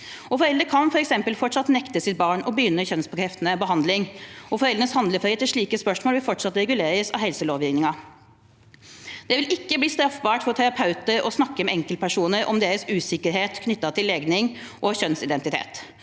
Foreldre kan f.eks. fortsatt nekte sitt barn å begynne kjønnsbekreftende behandling, og foreldres handlefrihet i slike spørsmål vil fortsatt reguleres av helselovgivningen. Det vil ikke bli straffbart for terapeuter å snakke med enkeltpersoner om deres usikkerhet knyttet til legning og kjønnsidentitet.